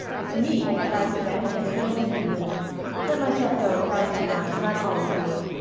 it's me who tries again and again to be moved let myself go a thousand times and i'm always me.